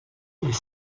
est